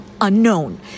unknown